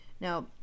now